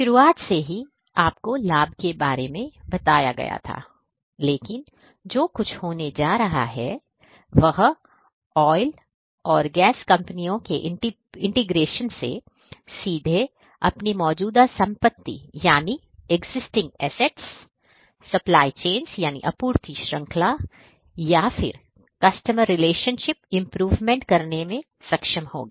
शुरुआत से ही आपको लाभ के बारे में बताया गया था लेकिन जो कुछ होने जा रहा है वह ऑयल और गैस कंपनियां के इंटीग्रेशन से सीधे अपनी मौजूदा संपत्ति यानी existing assets आपूर्ति श्रृंखला या ग्राहक का प्रबंधन customer relationships इंप्रूवमेंट करने में सक्षम होंगी